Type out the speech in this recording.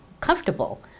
comfortable